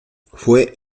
fue